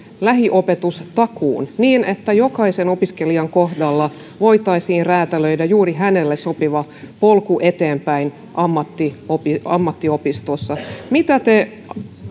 lähiopetustakuun niin että jokaisen opiskelijan kohdalla voitaisiin räätälöidä juuri hänelle sopiva polku eteenpäin ammattiopistossa ammattiopistossa mitä te